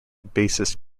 bassist